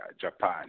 Japan